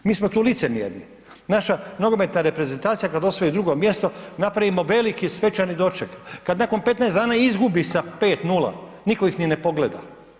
Mi smo tu licemjerni, naša nogometna reprezentacija kada osvoji drugo mjesto napravimo veliki svečani doček, kada nakon 15 dana izgubi sa 5:0 niko ih ni ne pogleda.